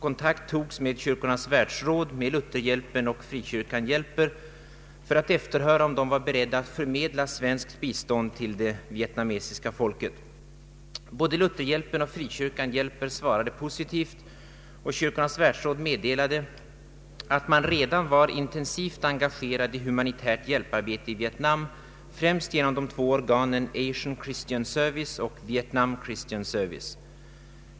Kontakt togs med Kyrkornas Världsråd, Lutherhjälpen och Frikyrkan hjälper för att efterhöra om de var beredda att förmedla svenskt bistånd till det vietnamesiska folket. Både Lutherhjälpen och Frikyrkan hjälper svarade positivt, och Kyrkornas Världsråd meddelade att man redan var intensivt engagerad i humanitärt hjälparbete i Vietnam, främst genom de två organen Asian Christian Service och Vietnam Christian Service.